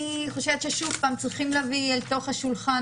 אני חושבת שצריכים להביא אל תוך השולחן